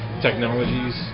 Technologies